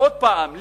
עוד פעם,